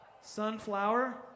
Sunflower